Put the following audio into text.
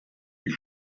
ich